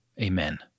Amen